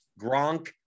Gronk